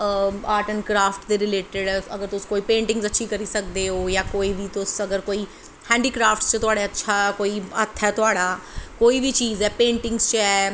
art and craft दे related अगर तुस पेंटिंग अच्छी करी सकदे जां कोई बी तुस कोई हैंडिक्राफ्ट अच्छा हत्थ तुआढ़ा अच्छा कोई बी चीज़ ऐ पेंटिंगस च ऐ